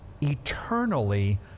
eternally